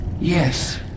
Yes